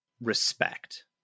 Respect